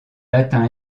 atteint